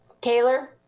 Taylor